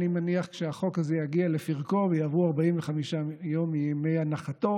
אני מניח כשהחוק הזה יגיע לפרקו ויעברו 45 יום מהנחתו.